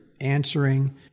answering